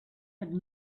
had